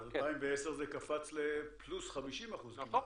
ב-2010 זה קפץ לפלוס 50%. נכון,